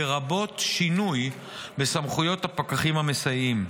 לרבות שינוי בסמכויות הפקחים המסייעים.